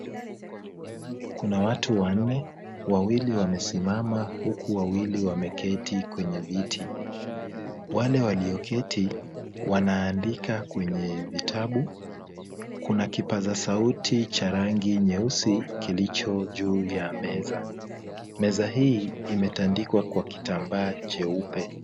Kuna watu wanne, wawili wamesimama huku wawili wameketi kwenye viti. Wale walioketi wanaandika kwenye vitabu, kuna kipaza sauti cha rangi nyeusi kilicho juu ya meza. Meza hii imetandikwa kwa kitambaa cheupe.